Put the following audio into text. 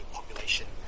population